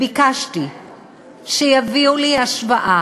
ביקשתי שיביאו לי השוואה